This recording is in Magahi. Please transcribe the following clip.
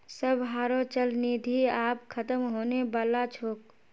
सबहारो चल निधि आब ख़तम होने बला छोक